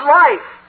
life